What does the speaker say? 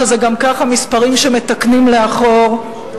שזה גם ככה מספרים שמתקנים לאחור,